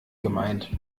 gemeint